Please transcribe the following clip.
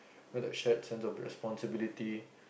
like that shared sense of responsibility